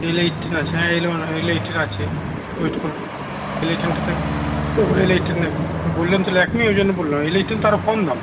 LA eighteen আছে হ্যাঁ LA eighteen আছে ওয়েট করুন এলএ এইট্টিন ওটাতে দেখুন এলএ এইট্টিন দেখুন আপনি বললেন তাহলে এখুনি ওই জন্য বললাম এলএ এইট্টিন তো আরও কম দাম